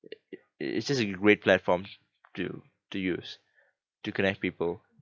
it it it's just a great platform to to use to connect people